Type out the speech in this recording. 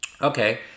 Okay